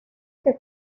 que